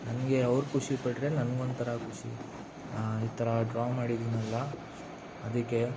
ನನಗೆ ಅವರು ಖುಷಿಪಟ್ರೆ ನನಗೊಂಥರ ಖುಷಿ ಈ ಥರ ಡ್ರಾ ಮಾಡಿದ್ದೀನಲ್ಲ ಅದಕ್ಕೆ